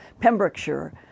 Pembrokeshire